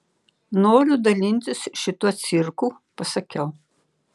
noriu dalintis šituo cirku pasakiau